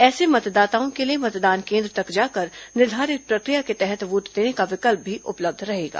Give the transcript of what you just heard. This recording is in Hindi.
ऐसे मतदाताओं के लिए मतदान के द्र तक जाकर निर्धारित प्रशिक्र या के तहत वोट देने का विकल्प भी उपलब्ध रहेगा